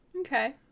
Okay